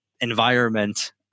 environment